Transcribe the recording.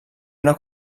una